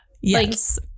Yes